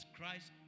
Christ